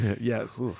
Yes